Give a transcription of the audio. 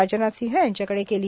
राजनाथ सिंह यांच्याकडे केली